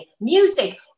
music